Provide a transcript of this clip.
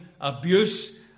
abuse